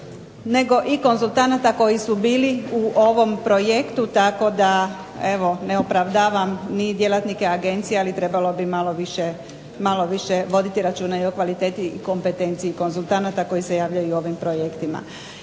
nego i konzultanata koji su bili u ovom projektu, tako da ne opravdavam ni djelatnike agencije ali trebalo bi malo više voditi računa o kvaliteti i kompetenciji konzultanata koji se javljaju u ovim projektima.